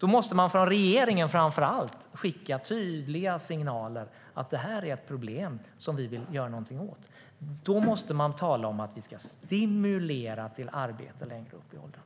Regeringen måste framför allt skicka tydliga signaler att det är problem som man vill göra något åt. Då måste man tala om att stimulera till arbete längre upp i åldrarna.